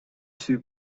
two